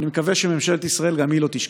ואני מקווה שממשלת ישראל גם היא לא תשכח.